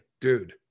dude